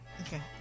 Okay